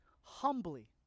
humbly